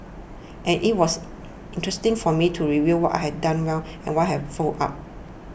and it was interesting for me to review what I had done well and what I had fouled up